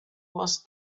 was